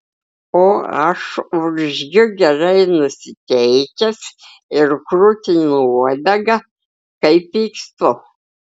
o aš urzgiu gerai nusiteikęs ir krutinu uodegą kai pykstu